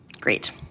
great